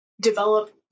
develop